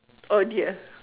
oh dear